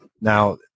Now